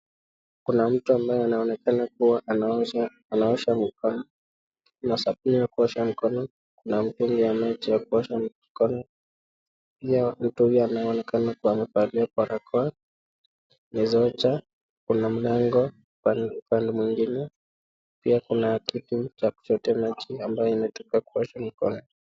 Kuna mtu ambaye anaonekana kuwa anaosha anaosha mkono. Kuna sabuni ya kuosha mkono, kuna mtungi ya maji ya kuosha mkono. Pia mtu huyo anaonekana kuwa amevalia barakoa, na sweater . Kuna mlango upande mwingine. Pia kuna kitu cha kutotea maji ambaye inatoka kuosha mkono.